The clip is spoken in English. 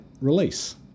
release